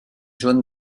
john